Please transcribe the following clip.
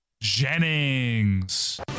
jennings